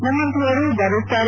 ನಮ್ಮಂಥವರು ಬರುತ್ತಾರೆ